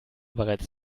bereits